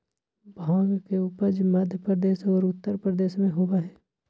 भांग के उपज मध्य प्रदेश और उत्तर प्रदेश में होबा हई